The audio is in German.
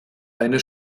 eine